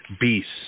beasts